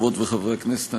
חברות וחברי הכנסת,